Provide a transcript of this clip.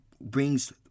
brings